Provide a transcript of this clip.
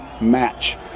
match